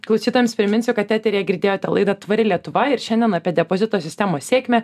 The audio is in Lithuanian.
klausytojams priminsiu kad eteryje girdėjote laidą tvari lietuva ir šiandien apie depozito sistemos sėkmę